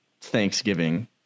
Thanksgiving